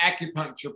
acupuncture